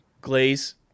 glaze